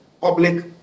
public